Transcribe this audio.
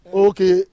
okay